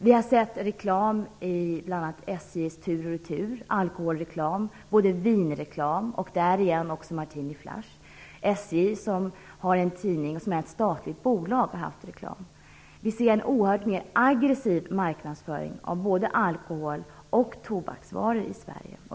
Vi har också sett alkoholreklam i bl.a. SJ:s tidning Tur & retur, både vinreklam och reklam för Martini Flash. SJ, som är ett statligt bolag, har i sin tidning haft alkoholreklam. Vi ser en mer aggressiv marknadsföring av både alkohol och tobaksvaror i Sverige.